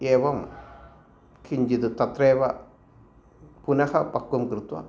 एवं किञ्चिद् तत्रैव पुनः पक्वं कृत्वा